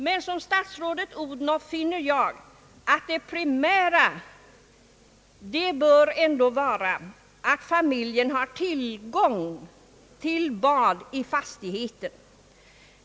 Men i likhet med statsrådet Odhnoff finner jag att det primära ändå bör vara att familjen har tillgång till bad i fastigheten.